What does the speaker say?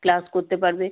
class করতে পারবে